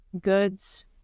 goods